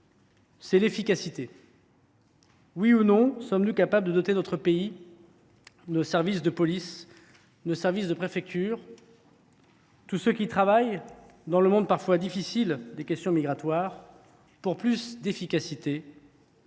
sera l’efficacité. Sommes nous capables de doter de moyens notre pays, nos services de police, nos services préfectoraux, tous ceux qui travaillent dans le monde parfois difficile des questions migratoires, pour plus d’efficacité,